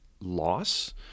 loss